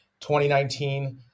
2019